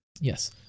Yes